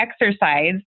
exercise